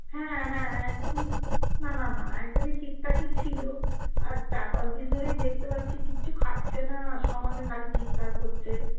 হ্যাঁ হ্যাঁ একদমই না না না একদমই ঠিকঠাকই ছিলো আর চার পাঁচ দিন ধরেই দেখতে পাচ্ছি কিচ্ছু খাচ্ছে না সমানে খালি চিৎকার করছে